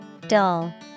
Dull